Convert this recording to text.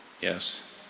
Yes